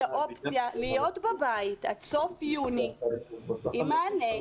האופציה להיות בבית עד סוף יוני עם מענה,